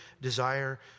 desire